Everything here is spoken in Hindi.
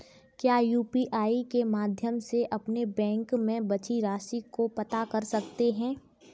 क्या यू.पी.आई के माध्यम से अपने बैंक में बची राशि को पता कर सकते हैं?